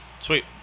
sweet